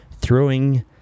throwing